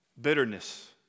bitterness